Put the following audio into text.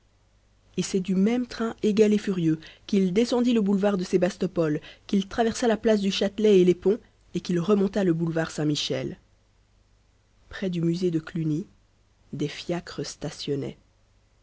et c'est du même train égal et furieux qu'il descendit le boulevard de sébastopol qu'il traversa la place du châtelet et les ponts et qu'il remonta le boulevard saint-michel près du musée de cluny des fiacres